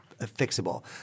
fixable